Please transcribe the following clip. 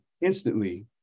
instantly